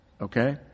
okay